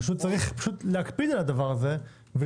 צריך פשוט לדרוש ולהקפיד על הדבר הזה.